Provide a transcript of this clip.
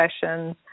sessions